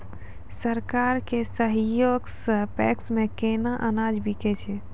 सरकार के सहयोग सऽ पैक्स मे केना अनाज बिकै छै?